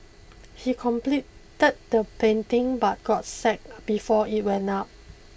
he completed the painting but got sacked before it went up